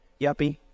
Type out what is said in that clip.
yuppie